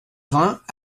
vingts